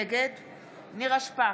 נגד נירה שפק,